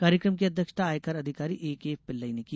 कार्यक्षता की अध्यक्षता आयकर अधिकारी एकेपिल्लई ने की